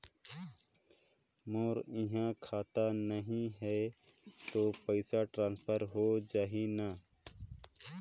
मोर इहां खाता नहीं है तो पइसा ट्रांसफर हो जाही न?